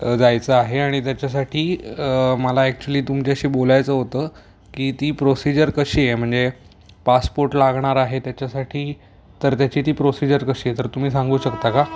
जायचं आहे आणि त्याच्यासाठी मला ॲक्च्युली तुमच्याशी बोलायचं होतं की ती प्रोसिजर कशी आहे म्हणजे पासपोर्ट लागणार आहे त्याच्यासाठी तर त्याची ती प्रोसिजर कशी आहे तर तुम्ही सांगू शकता का